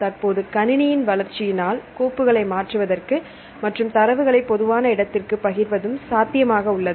தற்போது கணினியின் வளர்ச்சியினால் கோப்புகளை மாற்றுவதற்கு மற்றும் தரவுகளை பொதுவான இடத்திற்கு பகிர்வதும் சாத்தியமாக உள்ளது